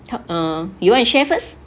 help uh you want to share first